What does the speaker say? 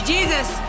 Jesus